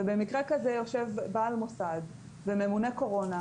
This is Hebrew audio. ובמקרה כזה יושב בעל מוסד וממונה קורונה,